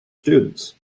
students